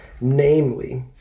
namely